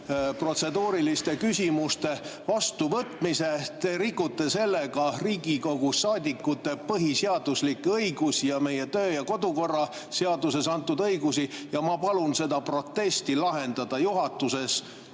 protseduuriliste küsimuste vastuvõtmise. Te rikute sellega Riigikogu saadikute põhiseaduslikke õigusi ja meie kodu‑ ja töökorra seaduses antud õigusi. Ja ma palun selle protesti lahendada juhatuses